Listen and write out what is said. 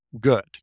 good